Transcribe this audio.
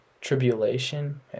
tribulation